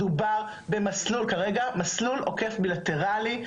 מדובר על מסלול עוקף בילטרלי.